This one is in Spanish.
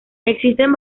existen